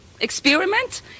experiment